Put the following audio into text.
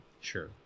sure